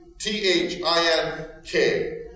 T-H-I-N-K